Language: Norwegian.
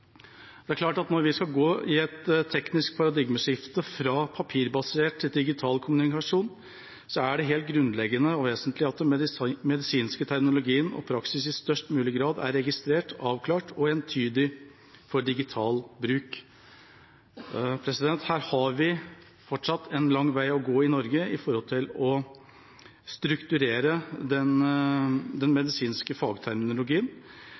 Det er klart at når vi skal gå inn i et teknisk paradigmeskifte fra papirbasert til digital kommunikasjon, er det helt grunnleggende og vesentlig at medisinsk terminologi og praksis i størst mulig grad er registrert, avklart og entydig for digital bruk. Her har vi fortsatt en lang vei å gå i Norge når det gjelder å strukturere den medisinske fagterminologien.